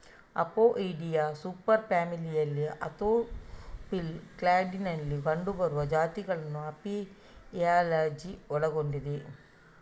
Apoidea super ಫ್ಯಾಮಿಲಿಯಲ್ಲಿ Anthophila ಕ್ಲಾಡಿನಲ್ಲಿ ಕಂಡುಬರುವ ಜಾತಿಗಳನ್ನು ಅಪಿಯಾಲಜಿ ಒಳಗೊಂಡಿದೆ